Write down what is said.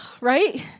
right